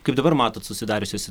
kaip dabar matot susidariusus